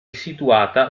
situata